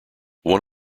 one